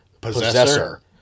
Possessor